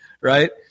right